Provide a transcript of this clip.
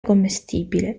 commestibile